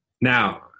Now